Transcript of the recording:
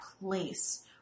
place